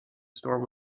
store